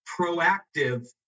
proactive